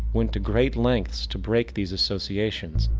went to great lengths to break these associations,